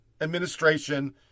administration